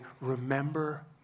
remember